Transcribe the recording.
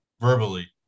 verbally